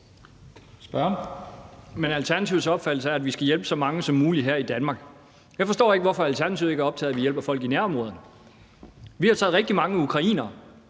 Alternativets opfattelse er, at vi skal hjælpe så mange som muligt her i Danmark. Jeg forstår ikke, hvorfor Alternativet ikke er optaget af, at vi hjælper folk i nærområderne. Vi har taget rigtig mange ukrainere,